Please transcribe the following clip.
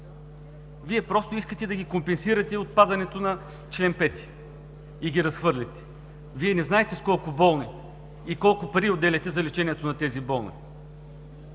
Вие просто искате да ги компенсирате от падането на чл. 5 и ги разхвърляте. Вие не знаехте с колко болни – и колко пари отделяте за лечението на тези болни.